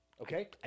Okay